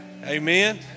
Amen